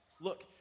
Look